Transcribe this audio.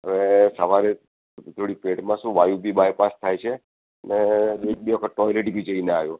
હવે સવારે થોડી પેટમાં બી શું થોડો વાયું બી બાયપાસ થાય છે અને એક બે વખત ટોઇલેટ બી જઈને આવ્યો